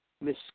Miss